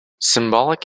symbolic